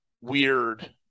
weird